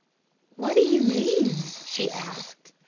what do you mean? she asked.